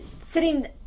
sitting